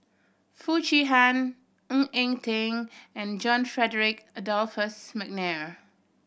Foo Chee Han Ng Eng Teng and John Frederick Adolphus McNair